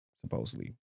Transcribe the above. supposedly